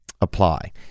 apply